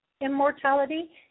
immortality